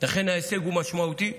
לכן ההישג הוא משמעותי.